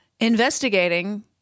investigating